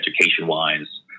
education-wise